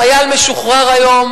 חייל משוחרר היום